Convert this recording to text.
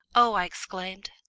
oh! i exclaimed.